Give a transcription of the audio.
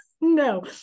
no